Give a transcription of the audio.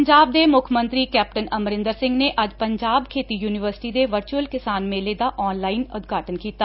ਪੰਜਾਬ ਦੇ ਮੁੱਖ ਮੰਤਰੀ ਕੈਪਟਨ ਅਮਰਿੰਦਰ ਸਿੰਘ ਨੇ ਅੱਜ ਪੰਜਾਬ ਖੇਤੀ ਯੁਨੀਵਰਸਿਟੀ ਦੇ ਵਰਚੂਅਲ ਕਿਸਾਨ ਮੇਲੇ ਦਾ ਆਨਲਾਈਨ ਉਦਘਾਟਨ ਕੀਤਾ